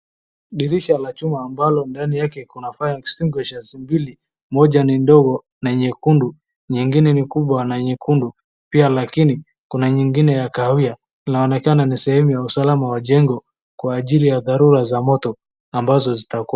Dirisha la chuma ambalo ndani yake kuna fire extuingusher mbili, moja ni ndogo na nyekundu nyingine ni kubwa na nyekundu pia lakini kuna nyingine ya kahawia. Inaonekana ni sehemu ya usalama wa jengo kwa ajili ya dharura za moto ambazo zitakua.